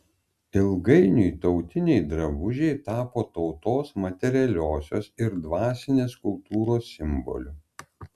ilgainiui tautiniai drabužiai tapo tautos materialiosios ir dvasinės kultūros simboliu